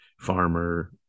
farmer